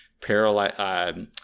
parallel